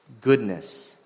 goodness